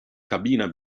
cabina